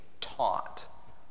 taught